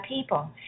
people